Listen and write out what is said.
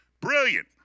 brilliant